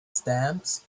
stamps